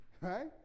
right